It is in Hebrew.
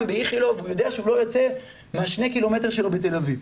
באיכילוב והוא יודע שהוא לא יוצא מה-2 קילומטר שלו בתל אביב,